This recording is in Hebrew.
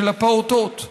של הפעוטות,